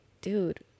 dude